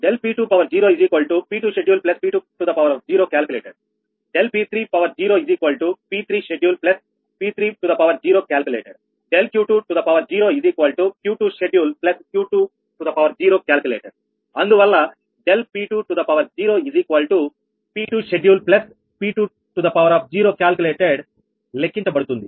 ∆P20P2 scheduleP2 calculated0 ∆P30P3 scheduleP3 calculated0 ∆Q20Q2 scheduleQ2 calculated0 అందువల్ల ∆P20P2 scheduleP2 calculated0 లెక్కించబడుతుంది